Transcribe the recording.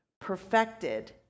perfected